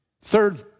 Third